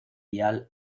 vial